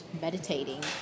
meditating